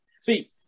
See